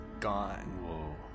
gone